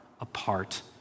apart